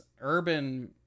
urban